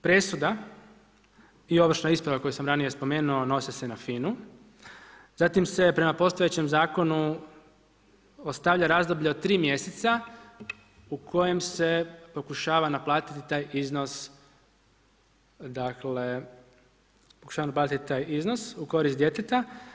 Presuda i ovršna isprava koju sam ranije spomenuo nose se na FINA-u, zatim se prema postojećem Zakonu ostavlja razdoblje od 3 mjeseca u kojem se pokušava naplatiti taj iznos dakle, pokušava naplatiti taj iznos u korist djeteta.